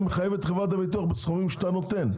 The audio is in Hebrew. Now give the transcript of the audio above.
מחייב את חברת הביטוח בסכומים שאתה נותן,